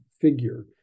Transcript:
figure